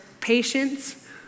patience